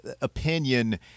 opinion